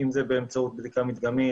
אם זה באמצעות בדיקה מדגמית,